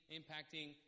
impacting